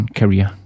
career